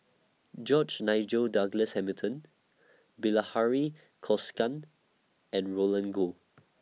George Nigel Douglas Hamilton Bilahari Kausikan and Roland Goh